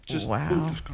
Wow